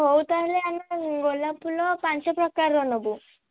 ହଉ ତାହେଲେ ଆମେ ଗୋଲାପ୍ ଫୁଲ ପାଞ୍ଚ ପ୍ରକାରର ନେବୁ